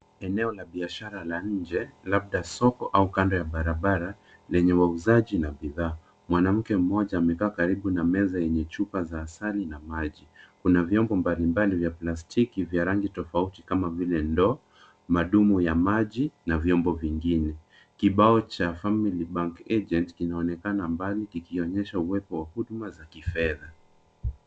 Eneo la biashara la nje labda soko au kando ya barabara lenye wauzaji na bidhaa. Mwanamke mmoja amekaa karibu na meza yenye chupa za asali na maji. Kuna vyombo mbalimbali vya plastiki vya rangi tofauti kama vile ndoo, madumu ya maji na vyombo vingine. Kibao cha Family Bank Agent kinaonekana mbali kikionyesha uwepo wa huduma za kifedha.